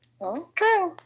Okay